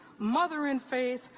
mother in faith,